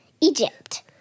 Egypt